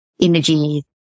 energy